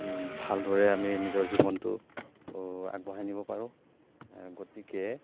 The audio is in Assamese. ভালদৰে আমি নিজৰ জীৱনটো আগবঢ়াই নিব পাৰোঁ গতিকে